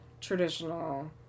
traditional